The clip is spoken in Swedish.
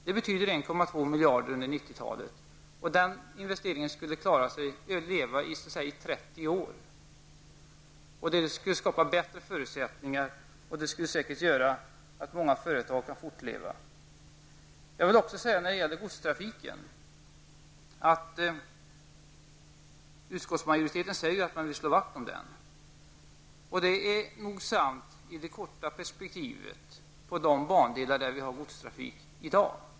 Det betyder 1,2 miljarder under 90-talet, och den investeringen skulle så att säga leva under 30 år. Det skulle skapa bättre förutsättningar, och det skulle säkert göra det möjligt för många företag att fortleva. Utskottsmajoriteten säger att den vill slå vakt om godstrafiken. Det är nog sant i det korta perspektivet på de bandelar där vi har godstrafik i dag.